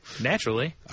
Naturally